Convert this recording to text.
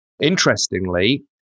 Interestingly